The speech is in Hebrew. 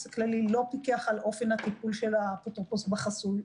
הכללי לא פיקח על אופן הטיפול של האפוטרופוס בחסוי,